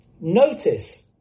notice